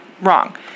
wrong